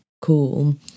cool